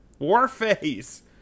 Warface